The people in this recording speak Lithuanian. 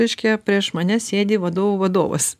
reiškia prieš mane sėdi vadovų vadovas